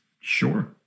Sure